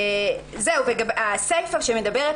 הסיפה בעניין